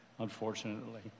Unfortunately